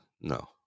No